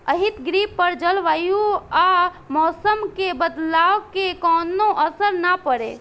हरितगृह पर जलवायु आ मौसम के बदलाव के कवनो असर ना पड़े